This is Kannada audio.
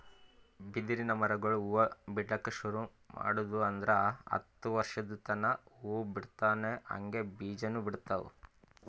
ಬಿದಿರಿನ್ ಮರಗೊಳ್ ಹೂವಾ ಬಿಡ್ಲಕ್ ಶುರು ಮಾಡುದ್ವು ಅಂದ್ರ ಹತ್ತ್ ವರ್ಶದ್ ತನಾ ಹೂವಾ ಬಿಡ್ತಾವ್ ಹಂಗೆ ಬೀಜಾನೂ ಬಿಡ್ತಾವ್